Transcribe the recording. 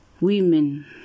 women